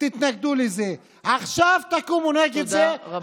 תתנגדו לזה, עכשיו תקומו נגד זה, תודה רבה.